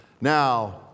Now